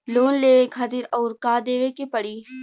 Loan लेवे खातिर अउर का देवे के पड़ी?